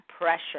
pressure